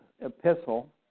epistle